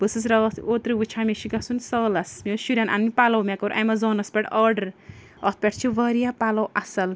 بہٕ ٲسس راتھ اوترٕ وٕچھان مےٚ چھُ گژھُن سالَس مےٚ ٲسۍ شُرٮ۪ن اَننۍ پَلو مے کوٚر ایمزانَس پٮ۪ٹھ آرڈَر اَتھ پٮ۪ٹھ چھِ واریاہ پَلو اَصٕل